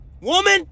Woman